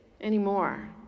anymore